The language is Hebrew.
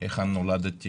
היכן נולדתי